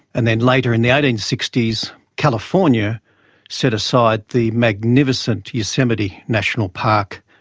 and then later in the eighteen sixty s california set aside the magnificent yosemite national park.